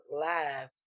Live